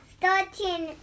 Thirteen